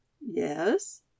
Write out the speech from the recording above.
Yes